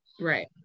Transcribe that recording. right